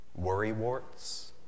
worrywarts